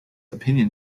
opinion